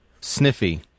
sniffy